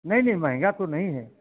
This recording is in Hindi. नहीं नहीं महंगा तो नहीं है